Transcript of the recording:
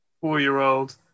four-year-old